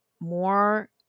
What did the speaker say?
more